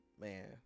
Man